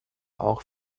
auch